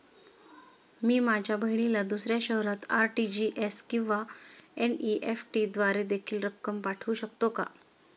मी माझ्या बहिणीला दुसऱ्या शहरात आर.टी.जी.एस किंवा एन.इ.एफ.टी द्वारे देखील रक्कम पाठवू शकतो का?